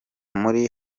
muri